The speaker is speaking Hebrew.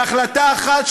בהחלטה אחת,